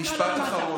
משפט אחרון.